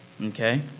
Okay